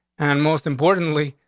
and most importantly,